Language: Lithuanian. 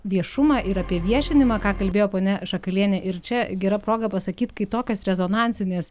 viešumą ir apie viešinimą ką kalbėjo ponia šakalienė ir čia gera proga pasakyt kai tokios rezonansinės